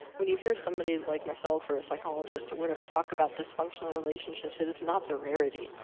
when you hear somebody like myself or a psychologist, or whatever, talk about dysfunctional relationships, and it's not the rarity,